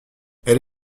elle